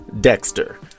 Dexter